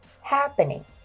happening